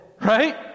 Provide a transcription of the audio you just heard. right